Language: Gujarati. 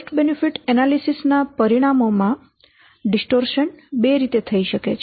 કોસ્ટ બેનિફીટ એનાલિસીસ ના પરિણામો માં ડિસ્ટોર્શન બે રીતે થઈ શકે છે